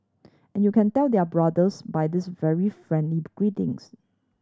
and you can tell they are brothers by this very friendly greetings